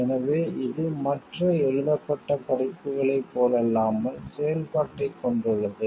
எனவே இது மற்ற எழுதப்பட்ட படைப்புகளைப் போலல்லாமல் செயல்பாட்டைக் கொண்டுள்ளது